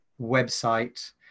website